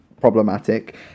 problematic